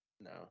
No